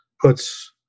puts